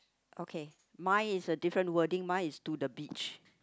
okay mine is a different wording mine is to the beach